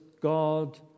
God